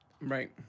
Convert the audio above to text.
Right